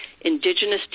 indigenous